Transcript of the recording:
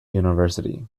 university